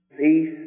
Peace